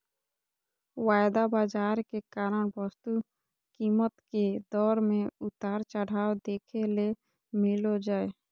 वायदा बाजार के कारण वस्तु कीमत के दर मे उतार चढ़ाव देखे ले मिलो जय